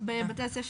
בבתי הספר,